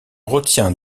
retient